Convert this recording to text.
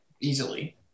easily